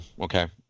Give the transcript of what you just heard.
okay